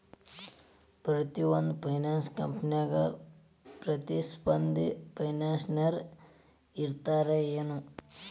ಪ್ರತಿಯೊಂದ್ ಫೈನಾನ್ಸ ಕಂಪ್ನ್ಯಾಗ ಪ್ರತಿಸ್ಪರ್ಧಿ ಫೈನಾನ್ಸರ್ ಇರ್ತಾರೆನು?